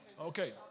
Okay